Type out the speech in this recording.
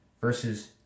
versus